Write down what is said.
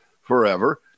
forever